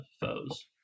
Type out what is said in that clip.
foes